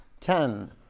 ten